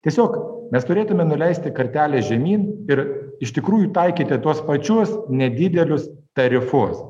tiesiog mes turėtume nuleisti kartelę žemyn ir iš tikrųjų taikyti tuos pačius nedidelius tarifus